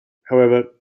however